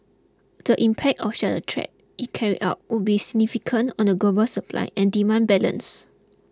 the impact of such a threat if carried out would be significant on the global supply and demand balance